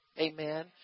Amen